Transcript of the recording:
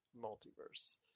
Multiverse